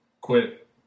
quit